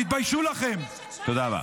תודה רבה.